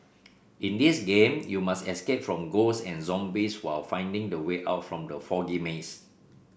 in this game you must escape from ghosts and zombies while finding the way out from the foggy maze